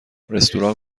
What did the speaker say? رستوران